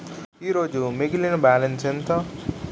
ఈరోజు మిగిలిన బ్యాలెన్స్ ఎంత?